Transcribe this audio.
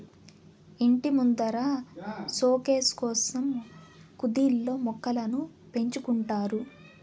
ఇంటి ముందర సోకేసు కోసం కుదిల్లో మొక్కలను పెంచుకుంటారు